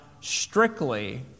strictly